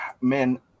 Man